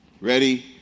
Ready